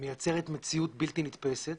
מייצרת מציאות בלתי נתפסת